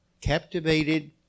captivated